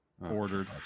ordered